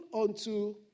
unto